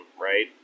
Right